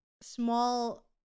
small